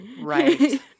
Right